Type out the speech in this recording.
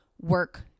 work